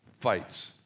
Fights